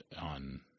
on